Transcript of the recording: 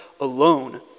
alone